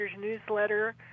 newsletter